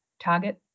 target